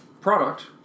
Product